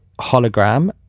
hologram